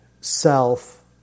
self